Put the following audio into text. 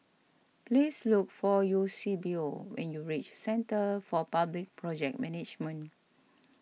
please look for Eusebio when you reach Centre for Public Project Management